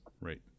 Right